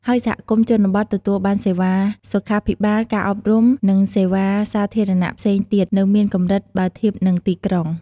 ហើយសហគមន៍ជនបទទទួលបានសេវាសុខាភិបាល ការអប់រំ និងសេវាសាធារណៈផ្សេងទៀតនៅមានកម្រិតបើធៀបនឹងទីក្រុង។